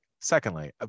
Secondly